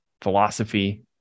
philosophy